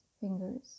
fingers